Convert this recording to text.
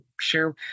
sure